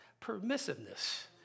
permissiveness